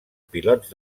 pilots